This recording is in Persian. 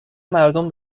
مردم